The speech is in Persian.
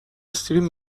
استریم